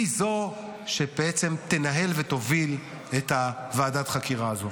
היא זו שבעצם תנהל ותוביל את ועדת החקירה הזו.